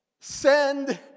send